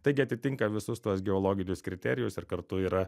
taigi atitinka visus tuos geologinius kriterijus ir kartu yra